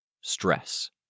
Stress